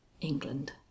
England